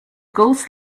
ghost